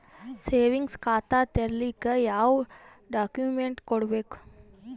Savings ಖಾತಾ ತೇರಿಲಿಕ ಯಾವ ಡಾಕ್ಯುಮೆಂಟ್ ಕೊಡಬೇಕು?